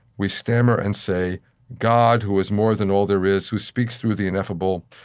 we stammer and say god who is more than all there is, who speaks through the ineffable,